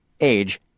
Age